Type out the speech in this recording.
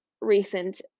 recent